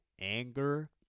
anger